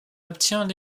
obtient